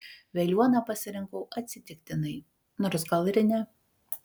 veliuoną pasirinkau atsitiktinai nors gal ir ne